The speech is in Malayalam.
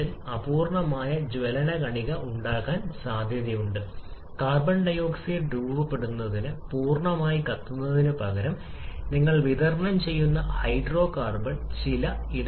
യഥാർത്ഥത്തിൽ ഉൽപ്പന്ന ഭാഗത്തുള്ള മോളുകളുടെ എണ്ണം കുറയ്ക്കുകയും മോളുകളുടെ എണ്ണം കുറയ്ക്കുകയും ചെയ്യുന്നതിനാൽ ഇതിനെ തന്മാത്രാ സങ്കോചം എന്ന് വിളിക്കുന്നു